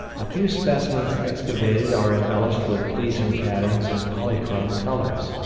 a few specimens excavated are embellished with pleasing patterns in polychrome colors.